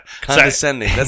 condescending